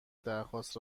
درخواست